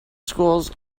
schools